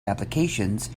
applications